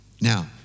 Now